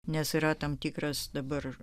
nes yra tam tikras dabar